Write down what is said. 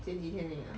这几天的